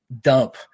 dump